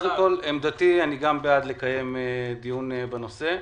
קודם כל, אני גם בעד לקיים דיון בנושא.